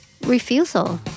Refusal